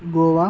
Goa